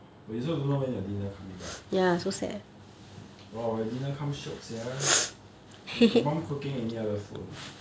but you also don't know when your dinner coming right !wah! but your dinner come shiok sia your mum cooking any other food or not